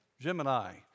Gemini